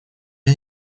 для